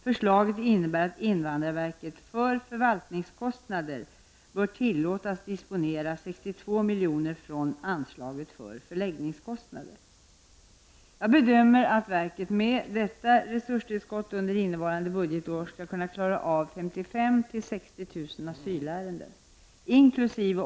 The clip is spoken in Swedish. Förslaget innebär att invandrarverket för förvaltningskostnader bör tillåtas disponera 62 Jag bedömer att verket med detta resurstillskott under innevarande budgetår skall kunna klara av 55 000--60 000 asylärenden, inkl.